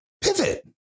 Pivot